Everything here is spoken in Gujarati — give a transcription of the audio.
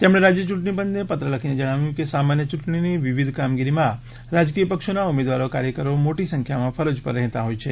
તેમણે રાજ્ય ચૂંટણી પંચને પત્ર લખીને જણાવ્યું છે કે સામાન્ય યૂંટણીની વિવિધ કામગીરીમાં રાજકીય પક્ષોના ઉમેદવારો કાર્યકરો મોટી સંખ્યામાં ફરજ ઉપર રહેતા હોય છે